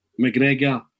McGregor